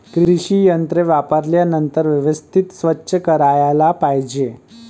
कृषी यंत्रे वापरल्यानंतर व्यवस्थित स्वच्छ करायला पाहिजे